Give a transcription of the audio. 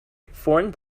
foreign